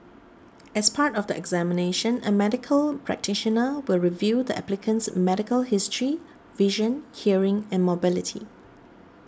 as part of the examination a medical practitioner will review the applicant's medical history vision hearing and mobility